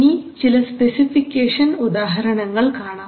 ഇനി ചില സ്പെസിഫിക്കേഷൻ ഉദാഹരണങ്ങൾ കാണാം